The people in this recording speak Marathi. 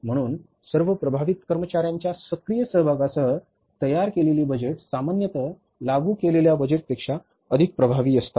म्हणून सर्व प्रभावित कर्मचार्यांच्या सक्रिय सहभागासह तयार केलेली बजेट सामान्यत लागू केलेल्या बजेटपेक्षा अधिक प्रभावी असतात